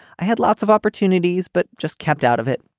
i had lots of opportunities, but just kept out of it.